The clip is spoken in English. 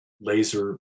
laser